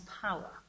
power